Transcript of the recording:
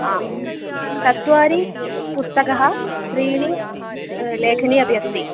आं चत्वारि पुस्तकानि त्रीणि लेखन्यः अपि अस्ति